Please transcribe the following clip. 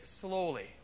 slowly